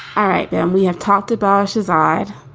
all right. and we have talked about his um side.